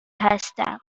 هستم